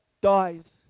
dies